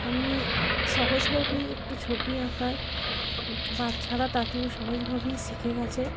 আমি সহজভাবেই একটু ছবি আঁকাই বাচ্চারা তাতেও সহজভাবেই শিখে গিয়েছে